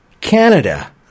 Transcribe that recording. Canada